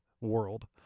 world